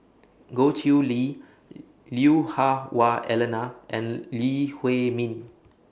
Goh Chiew Lye Lui Hah Wah Elena and Lee Huei Min